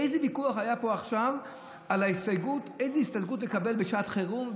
איזה ויכוח היה פה עכשיו על איזו הסתייגות לקבל בשעת חירום,